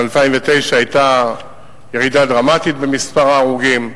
ב-2009 היתה ירידה דרמטית במספר ההרוגים,